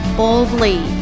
boldly